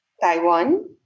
Taiwan